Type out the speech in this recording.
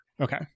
Okay